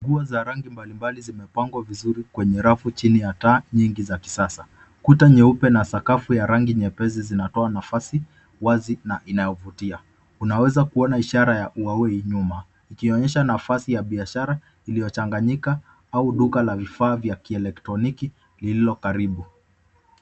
Nguo za rangi mbalimbali zimepangwa vizuri kwenye rafu chini ya taa nyingi za kisasa. Kuta nyeupe na sakafu ya rangi nyepesi zinatoa nafasi wazi na inayovutia. Unaweza kuona ishara ya huawei nyuma ikionyesha nafasi ya biashara iliyochanganyika au duka la vifaa vya kielektroniki lililokaribu.